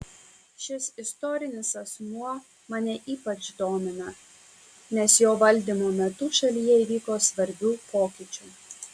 šis istorinis asmuo mane ypač domina nes jo valdymo metu šalyje įvyko svarbių pokyčių